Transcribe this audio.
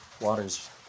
water's